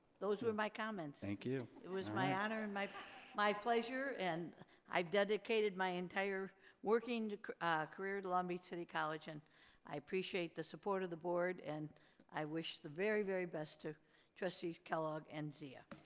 those were my comments. thank you. it was my honor and my my pleasure and i dedicated my entire working career to long beach city college and i appreciate the support of the board and i wish the very, very best to trustees kellogg and zia.